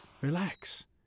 Relax